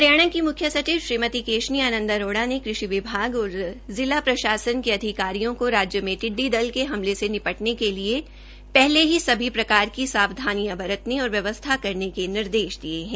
हरियाणा के मुख्य सचिव श्रीमती केशनी आनंद आरोड़ ने कृषि विभाग और जिला प्रशासन के अधिकारियों को राज्य में टिडडी दल के हमले से निपटने के लिए पहलेही सभी प्रकार की साविधानियां बरतने और व्यवस्था करने के निर्देश दिये है